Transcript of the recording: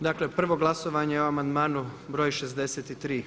Dakle, prvo glasovanje o amandmanu broj 63.